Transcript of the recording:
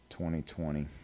2020